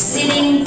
Sitting